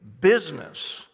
business